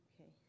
Okay